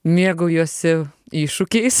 mėgaujuosi iššūkiais